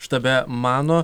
štabe mano